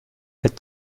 fête